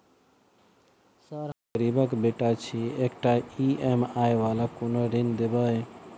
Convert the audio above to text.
Sir हम गरीबक बेटा छी एकटा ई.एम.आई वला कोनो ऋण देबै?